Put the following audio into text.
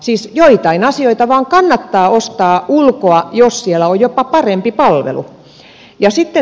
siis joitain asioita vain kannattaa ostaa ulkoa jos siellä on jopa parempi palvelu